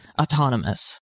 autonomous